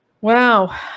Wow